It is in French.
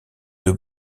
deux